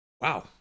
Wow